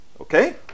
okay